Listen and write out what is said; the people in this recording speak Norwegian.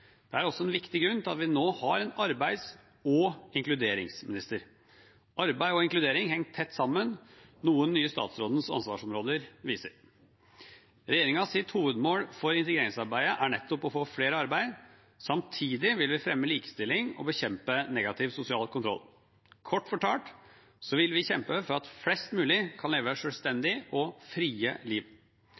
Det er også en viktig grunn til at vi nå har en arbeids- og inkluderingsminister. Arbeid og inkludering henger tett sammen, noe den nye statsrådens ansvarsområder viser. Regjeringens hovedmål for integreringsarbeidet er nettopp å få flere i arbeid, og samtidig vil vi fremme likestilling og bekjempe negativ sosial kontroll. Kort fortalt vil vi kjempe for at flest mulig kan leve et selvstendig og fritt liv.